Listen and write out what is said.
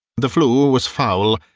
the flue was foul,